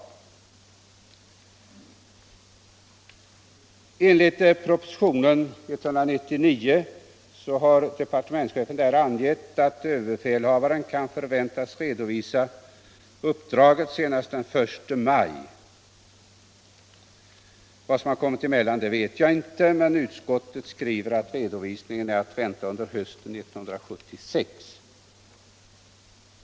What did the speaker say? I propositionen 199 har departementschefen angett att överbefälhavaren kan förväntas redovisa resultatet av uppdraget senast den 1 maj 1976. Vad som har kommit emellan vet jag inte, men utskottet skriver att redovisningen är att vänta under hösten 1976.